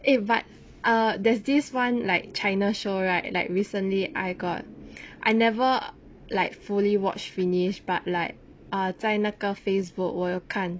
eh but err there's this one like china show right like recently I got I never like fully watch finish but like ah 在那个 facebook 我有看